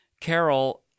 Carol